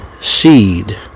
seed